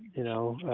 you know,